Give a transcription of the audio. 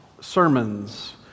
sermons